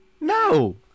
no